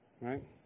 Right